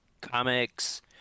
comics